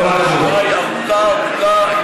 והשורה היא ארוכה ארוכה.